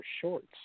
shorts